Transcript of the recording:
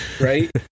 right